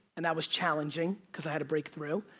and that was challenging cause i had to break through.